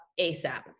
ASAP